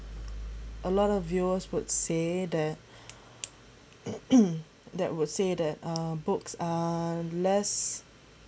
a lot of viewers would say that that would say that uh books are less